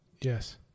Yes